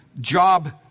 job